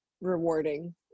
rewarding